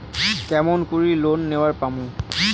কেমন করি লোন নেওয়ার পামু?